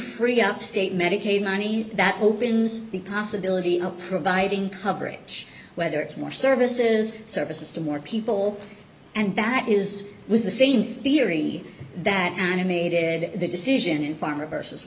free up state medicaid money that opens the possibility of providing coverage whether it's more services services to more people and that is was the same theory that animated the decision in pharma versus